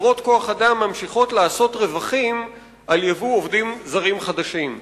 חברות כוח-אדם ממשיכות לעשות רווחים על ייבוא עובדים זרים חדשים.